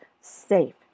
safe